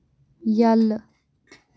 یلہٕ